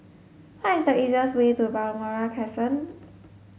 what is the easiest way to Balmoral Crescent